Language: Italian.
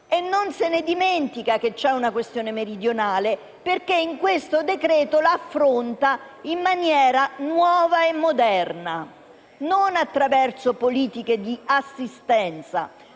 non si dimentica che c'è una questione meridionale, perché in questo decreto-legge la affronta in maniera nuova e moderna, non attraverso politiche di assistenza,